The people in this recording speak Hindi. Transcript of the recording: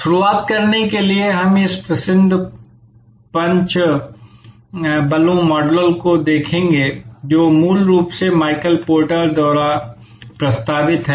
शुरुआत करने के लिए हम इस प्रसिद्ध पांच बलों मॉडल को देखेंगे जो मूल रूप से माइकल पोर्टर द्वारा प्रस्तावित है